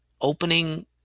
opening